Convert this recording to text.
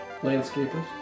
landscapers